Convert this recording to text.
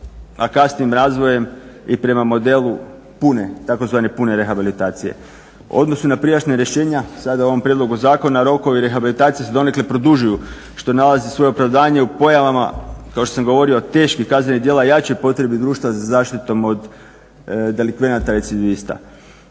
a kasnijim razvojem i prema modelu pune, tzv. pune rehabilitacije. U odnosu na prijašnja rješenja sada u ovom prijedlogu zakona rokovi rehabilitacije se donekle produžuju što nalazi svoje opravdanje u pojavama kao što sam govorio o teških kaznenih djela, jačoj potrebi društva za zaštitom od delikvenata recidivista.